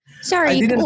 Sorry